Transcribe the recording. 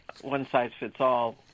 one-size-fits-all